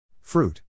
Fruit